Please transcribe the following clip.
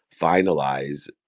finalize